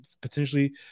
potentially